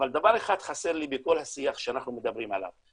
אבל דבר אחד חסר לי בכל השיח שאנחנו מדברים עליו,